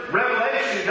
revelation